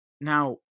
Now